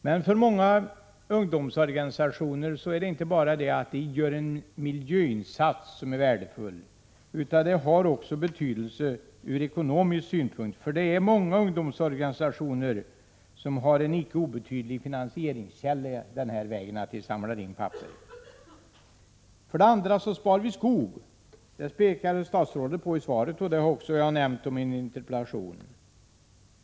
Insamlandet av papper har för det första ekonomisk betydelse för många ungdomsorganisationer, som inte bara gör en värdefull miljöinsats. Denna verksamhet är för många ungdomsorganisationer en icke obetydlig finansieringskälla. För det andra spar vi skog. Det pekade statsrådet på i svaret, och det har jag också nämnt i min interpellation.